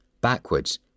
backwards